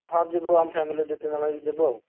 ହଁ ଯିବୁ ଆମ ଫ୍ୟାମିଲି ଦୁଇ ତିନି ଜଣ ହୋଇକି ଯିବୁ ଆଉ